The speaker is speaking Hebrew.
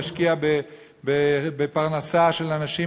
להשקיע בפרנסה של אנשים,